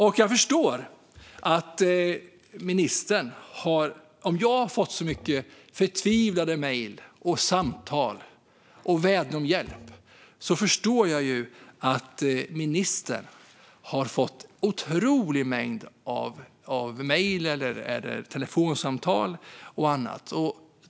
Om jag har fått så många förtvivlade mejl och samtal med vädjanden om hjälp förstår jag att ministern har fått en otrolig mängd mejl, telefonsamtal och annat.